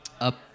up